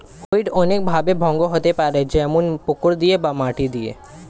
weed অনেক ভাবে ভঙ্গ হতে পারে যেমন পুকুর দিয়ে বা মাটি দিয়ে